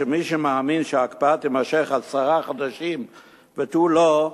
שמי שמאמין שההקפאה תימשך עשרה חודשים ותו לא,